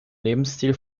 lebensstil